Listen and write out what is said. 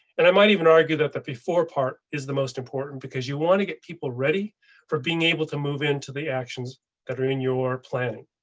and i might even argue that the before part is the most important because you want to get people ready for being able to move into the actions that are in your planning.